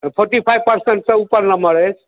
forty five परसेंटसँ ऊपर number अछि